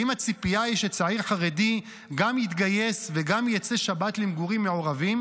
האם הציפייה היא שצעיר חרדי גם יתגייס וגם יצא שבת למגורים מעורבים?